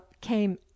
came